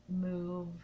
move